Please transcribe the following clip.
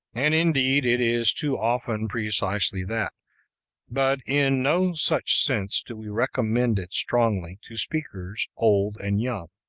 and indeed it is too often precisely that but in no such sense do we recommend it strongly to speakers old and young.